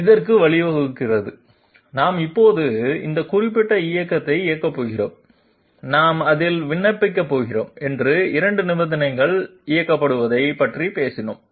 இதற்கு வழிவகுக்கிறது நாம் இப்போது இந்த குறிப்பிட்ட இயக்கத்தை இயக்கப் போகிறோம் நாம் அதில் விண்ணப்பிக்கப் போகிறோம் என்று 2 நிபந்தனைகளால் இயக்கப்பட்டதைப் பற்றி பேசினோம்